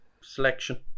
Selection